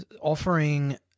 offering